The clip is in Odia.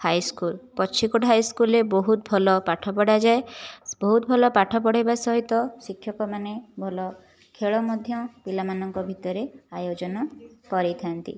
ହାଇସ୍କୁଲ ପଚ୍ଛିକୋଟ ହାଇସ୍କୁଲରେ ବହୁତ ଭଲ ପାଠ ପଢ଼ାଯାଏ ବହୁତ ଭଲ ପାଠ ପଢ଼ାଇବା ସହିତ ଶିକ୍ଷକମାନେ ଭଲ ଖେଳ ମଧ୍ୟ ପିଲାମାନଙ୍କ ଭିତରେ ଆୟୋଜନ କରାଇଥା'ନ୍ତି